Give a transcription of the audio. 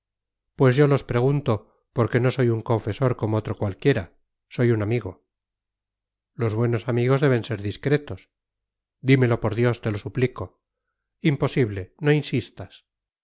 pues yo los pregunto porque no soy un confesor como otro cualquiera soy un amigo los buenos amigos deben ser discretos dímelo por dios te lo suplico imposible no insistas